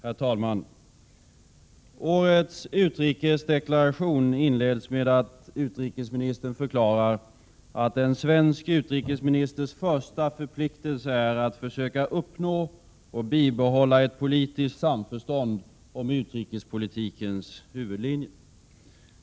Herr talman! Årets utrikesdeklaration inleds med att utrikesministern förklarar, att en svensk utrikesministers första förpliktelse är att försöka uppnå och bibehålla ett politiskt samförstånd om utrikespolitikens huvudlinjer.